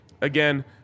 Again